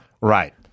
Right